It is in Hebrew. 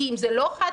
כי אם זה לא חד-פעמי,